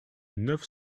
neuf